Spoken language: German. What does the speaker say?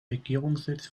regierungssitz